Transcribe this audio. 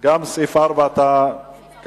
גם סעיף 4 אתה, סליחה.